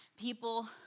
People